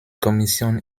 kommission